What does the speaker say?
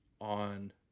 on